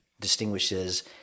distinguishes